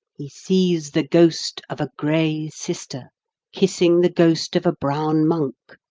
he sees the ghost of a grey sister kissing the ghost of a brown monk,